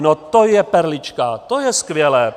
No to je perlička, to je skvělé.